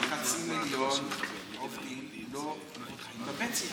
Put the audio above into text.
שחצי מיליון עובדים לא מבוטחים בפנסיה?